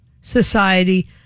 society